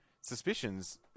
suspicions